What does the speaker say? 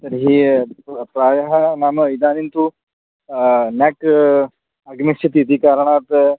तर्हि अ प्रायः मम इदानीन्तु नाक् आगमिष्यति इति कारणात्